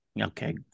okay